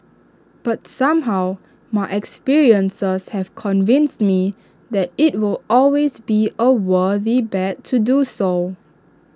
but somehow my experiences have convinced me that IT will always be A worthy bet to do so